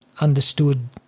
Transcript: understood